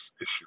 issue